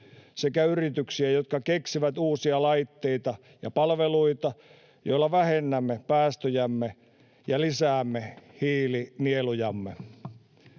sekä yrityksiä, jotka keksivät uusia laitteita ja palveluita, joilla vähennämme päästöjämme ja lisäämme hiilinielujamme.